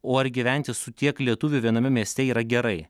o ar gyventi su tiek lietuvių viename mieste yra gerai